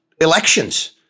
elections